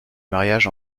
mariages